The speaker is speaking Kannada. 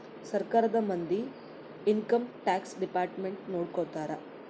ಸರ್ಕಾರದ ಮಂದಿ ಇನ್ಕಮ್ ಟ್ಯಾಕ್ಸ್ ಡಿಪಾರ್ಟ್ಮೆಂಟ್ ನೊಡ್ಕೋತರ